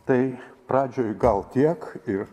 tai pradžioj gal tiek ir